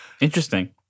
Interesting